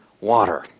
water